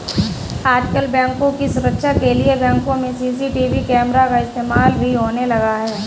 आजकल बैंकों की सुरक्षा के लिए बैंकों में सी.सी.टी.वी कैमरा का इस्तेमाल भी होने लगा है